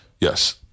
yes